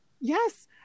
yes